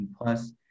plus